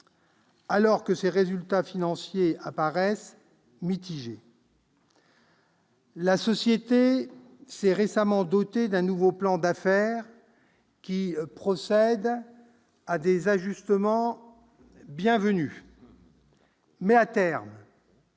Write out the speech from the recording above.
alors que ses résultats financiers apparaissent nuancés. La société s'est récemment dotée d'un nouveau plan d'affaires, qui procède à des ajustements bienvenus. Mais, à terme,